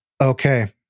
Okay